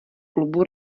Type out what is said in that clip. klubu